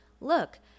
look